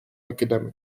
academic